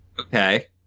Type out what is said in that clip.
Okay